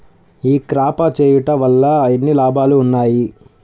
ఈ క్రాప చేయుట వల్ల ఎన్ని లాభాలు ఉన్నాయి?